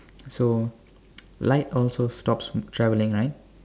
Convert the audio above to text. so light also stops traveling right